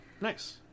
Nice